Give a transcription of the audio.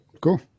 Cool